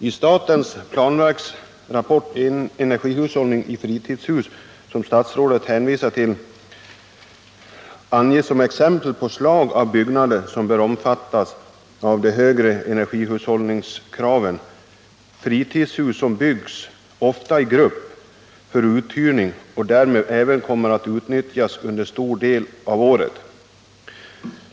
I statens planverks rapport Energihushållning i fritidshus, som statsrådet hänvisar till, anges som exempel på slag av byggnader som bör omfattas av de högre energihushållningskraven ”fritidshus som byggs — ofta i grupp — för uthyrning och därmed även kommer att utnyttjas under en stor del av året”.